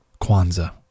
Kwanzaa